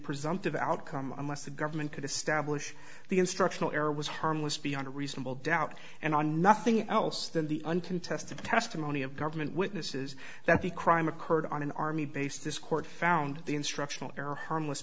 presumptive outcome unless the government could establish the instructional error was harmless beyond a reasonable doubt and on nothing else than the uncontested testimony of government witnesses that the crime occurred on an army base this court found the instructional error harmless